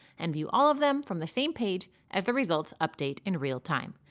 and view all of them from the same page as the results update in real time.